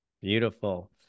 Beautiful